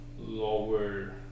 lower